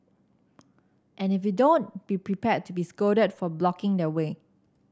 and if you don't be prepared to be scolded for blocking their way